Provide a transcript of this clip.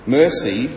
mercy